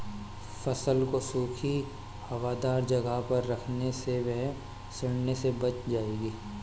फसल को सूखी, हवादार जगह पर रखने से वह सड़ने से बच जाएगी